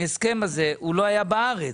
ההסכם הזה, הוא לא היה בארץ.